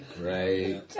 Great